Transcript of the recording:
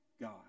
God